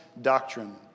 doctrine